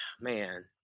man